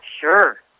Sure